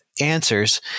answers